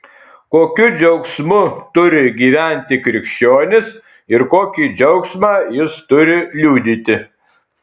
kokiu džiaugsmu turi gyventi krikščionis ir kokį džiaugsmą jis turi liudyti